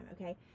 okay